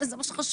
זה מה שחשוב.